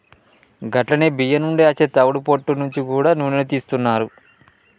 గట్లనే బియ్యం నుండి అచ్చే తవుడు పొట్టు నుంచి గూడా నూనెను తీస్తున్నారు